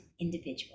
individual